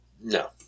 No